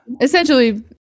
essentially